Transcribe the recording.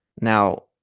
Now